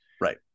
Right